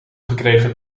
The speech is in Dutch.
gekregen